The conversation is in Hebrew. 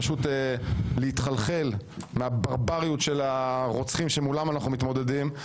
פשוט להתחלחל מהברבריות של הרוצחים שמולם אנחנו מתמודדים.